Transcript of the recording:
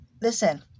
Listen